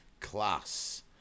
class